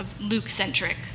Luke-centric